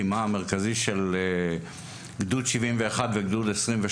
זה הוא ציר הלחימה המרכזי של גדוד 71 ושל גדוד 28,